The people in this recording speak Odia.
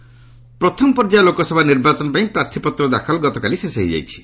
ନୋମିନେସନ୍ ପ୍ରଥମ ପର୍ଯ୍ୟାୟ ଲୋକସଭା ନିର୍ବାଚନ ପାଇଁ ପ୍ରାର୍ଥୀପତ୍ର ଦାଖଲ ଗତକାଲି ଶେଷ ହୋଇଛି